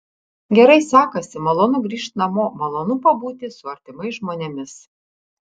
gerai sekasi malonu grįžt namo malonu pabūti su artimais žmonėmis